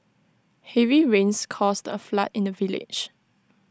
heavy rains caused A flood in the village